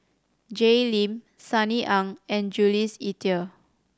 Jay Lim Sunny Ang and Jules Itier